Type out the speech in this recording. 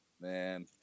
man